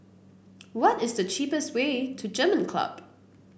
what is the cheapest way to German Club